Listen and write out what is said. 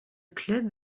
club